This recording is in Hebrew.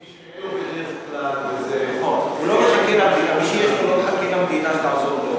מי שמחליף, מי שיש לו לא מחכה למדינה שתעזור לו.